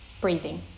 breathing